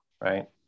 right